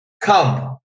come